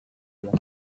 belas